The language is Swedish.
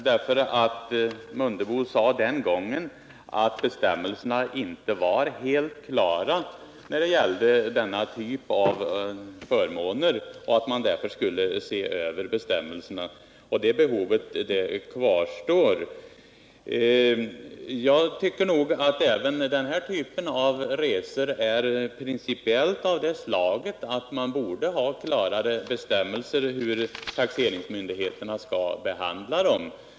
Herr Mundebo sade den gången att bestämmelserna inte var helt klara när det gällde denna typ av förmåner och att man därför skulle se över bestämmelserna. Det behovet kvarstår. Jag tycker nog att även den nu aktuella typen av resor är av det slaget att man borde ha klarare bestämmelser för hur taxeringsmyndigheterna skall behandla dem.